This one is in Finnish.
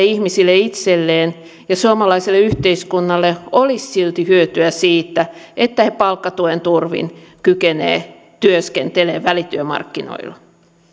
ihmisille itselleen ja suomalaiselle yhteiskunnalle olisi silti hyötyä siitä että he palkkatuen turvin kykenevät työskentelemään välityömarkkinoilla